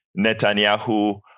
Netanyahu